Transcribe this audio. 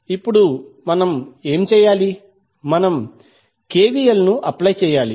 ఇప్పుడు మనం ఏమి చేయాలి మనము కెవిఎల్ను అప్లై చేయాలి